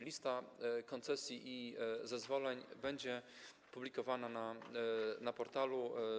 Lista koncesji i zezwoleń będzie publikowana na portalu.